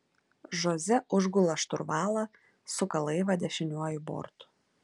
žoze užgula šturvalą suka laivą dešiniuoju bortu